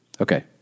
Okay